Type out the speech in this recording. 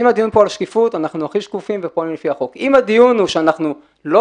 אם הדיון פה הוא על שקיפות אז אנחנו הכי שקופים ופועלים לפי החוק.